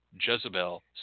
Jezebel